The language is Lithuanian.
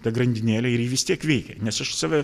ta grandinėlė ir ji vis tiek veikia nes aš save